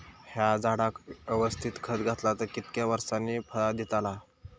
हया झाडाक यवस्तित खत घातला तर कितक्या वरसांनी फळा दीताला?